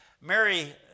Mary